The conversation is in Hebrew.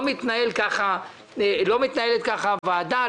לא מתנהלת כך הוועדה,